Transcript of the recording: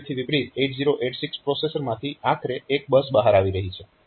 તો 8085 થી વિપરીત 8086 પ્રોસેસરમાંથી આખરે એક બસ બહાર આવી રહી છે